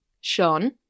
Sean